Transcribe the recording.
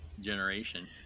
generation